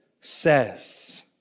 says